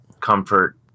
comfort